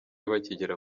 bakigera